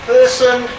Person